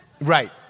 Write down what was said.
Right